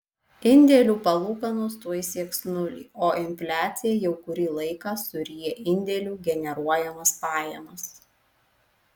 indėlių palūkanos tuoj sieks nulį o infliacija jau kurį laiką suryja indėlių generuojamas pajamas